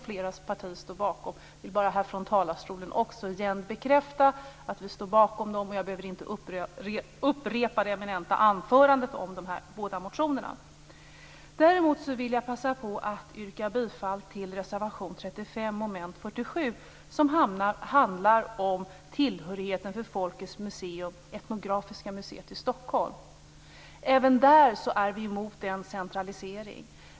Flera partier står bakom dessa. Jag vill bara härifrån talarstolen också bekräfta att Miljöpartiet står bakom dem. Jag behöver inte upprepa det eminenta anförandet om de här båda reservationerna. Däremot passar jag på att yrka bifall till reservation 35 under mom. 47. Den handlar om tillhörigheten för Folkens museum - etnografiska i Stockholm. Vi i Miljöpartiet är emot en centralisering även här.